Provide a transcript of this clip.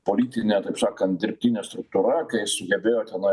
politinė taip sakant dirbtinė struktūra kai sugebėjo tenai